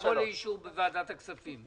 יבוא לאישור בוועדת הכספים.